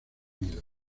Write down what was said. unido